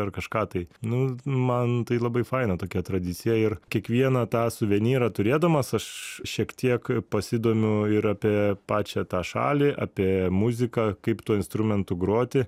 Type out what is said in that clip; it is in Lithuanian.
ar kažką tai nu man tai labai faina tokia tradicija ir kiekvieną tą suvenyrą turėdamas aš šiek tiek pasidomiu ir apie pačią tą šalį apie muziką kaip tuo instrumentu groti